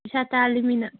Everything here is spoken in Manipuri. ꯄꯩꯁꯥ ꯇꯥꯜꯂꯤꯃꯤꯅ